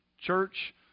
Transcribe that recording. church